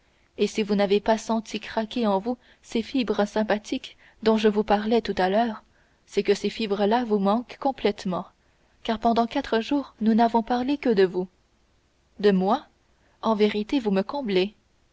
et si vous n'avez pas senti craquer en vous ces fibres sympathiques dont je vous parlais tout à l'heure c'est que ces fibres là vous manquent complètement car pendant quatre jours nous n'avons parlé que de vous de moi en vérité vous me comblez